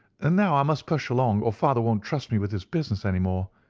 and now i must push along, or father won't trust me with his business any more.